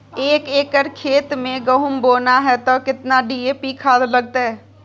एक एकर खेत मे गहुम बोना है त केतना डी.ए.पी खाद लगतै?